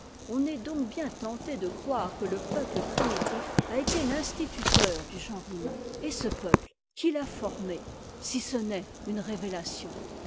on est donc bien tenté de croire que le peuple primitif a été l'instituteur du genre humain et ce peuple qui l'a formé si ce n'est une révélation